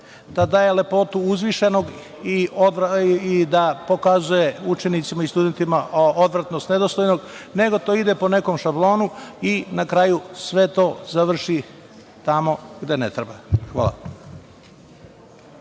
da daju lepotu uzvišenog i da pokazuju učenicima i studentima odvratnost nedostojnog, nego to ide po nekom šablonu i na kraju sve to završi tamo gde ne treba. Hvala.